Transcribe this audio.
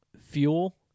Fuel